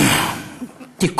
תודה רבה.